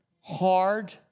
hard